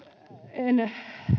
en